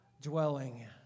dwelling